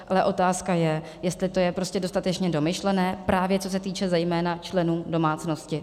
Ale otázka je, jestli to je prostě dostatečně domyšlené, právě co se týče zejména členů domácnosti.